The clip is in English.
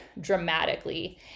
dramatically